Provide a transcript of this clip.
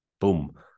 boom